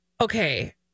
Okay